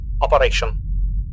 operation